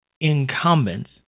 incumbents